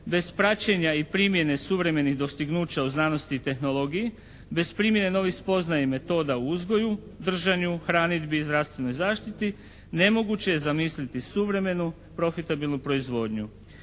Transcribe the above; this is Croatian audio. bez praćenja i primjene suvremenih dostignuća u znanosti i tehnologiji, bez primjene novih spoznaja i metoda u uzgoju, držanju, hranidbi, zdravstvenoj zaštiti nemoguće je zamisliti suvremenu profitabilnu proizvodnju.